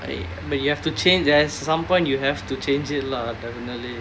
but but you have to change there's some point you have to change it lah definitely